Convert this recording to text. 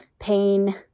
pain